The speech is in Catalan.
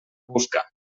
busca